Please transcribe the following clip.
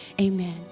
Amen